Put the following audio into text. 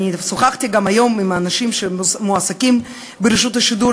שוחחתי היום עם האנשים שמועסקים ברשות השידור,